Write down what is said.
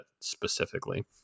specifically